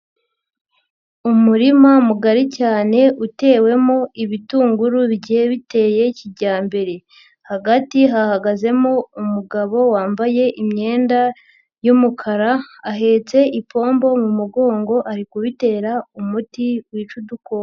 Umurima mugari cyane utewemo ibitunguru bigiye biteye kijyambere, hagati hahagazemo umugabo wambaye imyenda y'umukara ahetse ipombo mu mugongo ari kubitera umuti wica udukoko.